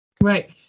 Right